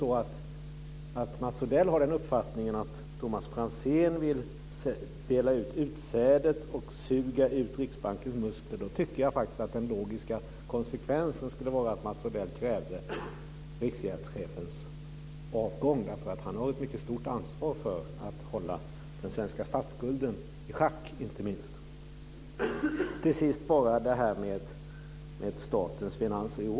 Om det är så att Mats Odell har den uppfattningen att Thomas Franzén vill dela ut utsädet och suga ut Riksbankens muskler tycker jag att den logiska konsekvensen skulle vara att Mats Odell krävde Riksgäldschefens avgång. Han har ett mycket stort ansvar för att hålla inte minst den svenska statsskulden i schack. Till sist till frågan om statens finanser.